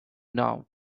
now